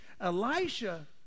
Elisha